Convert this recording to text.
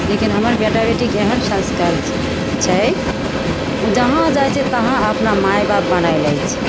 लेकिन हमर बेटा बेटीके एहन सँस्कार छै जहाँ जाइ छै तहाँ अपना माइबाप बनै लै छै